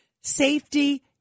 safety